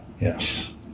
Yes